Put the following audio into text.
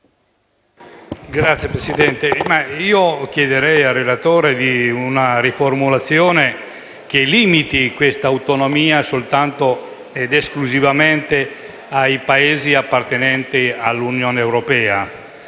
Signor Presidente, chiederei al relatore una riformulazione che limiti questa autonomia soltanto ed esclusivamente ai Paesi appartenenti all'Unione europea